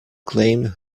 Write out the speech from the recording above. claimed